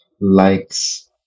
likes